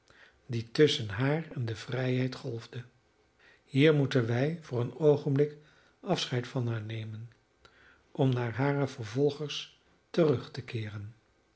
die tusschen haar en de vrijheid golfde hier moeten wij voor een oogenblik afscheid van haar nemen om naar hare vervolgers terug te keeren